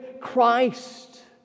Christ